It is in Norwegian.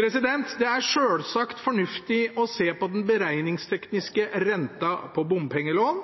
Det er sjølsagt fornuftig å se på den beregningstekniske renta på bompengelån,